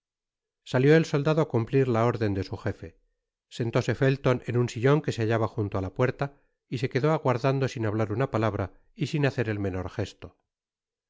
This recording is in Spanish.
salió el soldado á cumplir la órden do su jefe sentóse felton en un sillon que se hattaba junto á la puerta y se quedó aguardando sin hablar una palabra y sin hacer el menor gesto